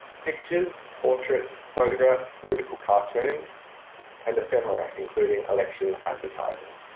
pictures, portraits photographs, political cartoons and ephemera including election advertising.